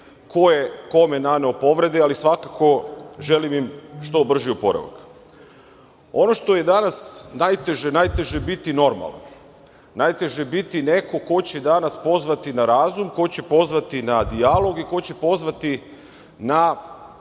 ko je kome naneo povrede, ali svakako želim im što brži oporavak. Ono što je danas najteže, najteže je biti normalan, najteže je biti neko ko će danas pozvati na razum, ko će pozvati na dijalog i ko će pozvati, da